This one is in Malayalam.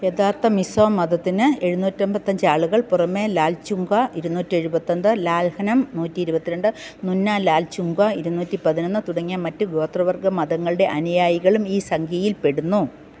യഥാർത്ഥ മിസോ മതത്തിന് എഴുന്നൂറ്റി അൻപത്തഞ്ച് ആളുകൾ പുറമേ ലാൽച്ചുങ്ക്വ ഇരുനൂറ്റി എഴുവത്തൊന്ന് ലാൽഹ്നം നൂറ്റി ഇരുപത്തി രണ്ട് നുന്ന ലാൽച്ചുങ്ക്വ ഇരുന്നൂറ്റി പതിനൊന്ന് തുടങ്ങിയ മറ്റ് ഗോത്രവർഗ മതങ്ങളുടെ അനിയായികളും ഈ സംഖ്യയിൽപ്പെടുന്നു